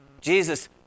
Jesus